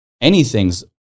anything's